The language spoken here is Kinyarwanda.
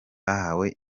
bahawe